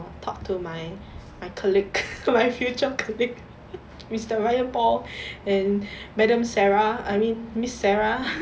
talk to my colleague my future colleague mister ryan paul and madam sarah I mean miss sarah